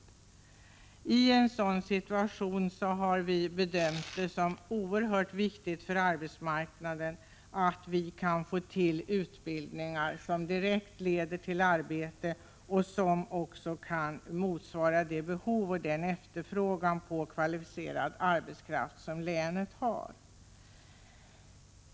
Med en sådan situation har vi bedömt det som oerhört viktigt för arbetsmarknaden att vi kan anordna utbildningar som direkt leder till arbete och som också kan motsvara länets behov av och efterfrågan på kvalificerad arbetskraft.